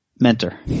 Mentor